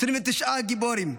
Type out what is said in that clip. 29 גיבורים.